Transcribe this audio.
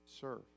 Serve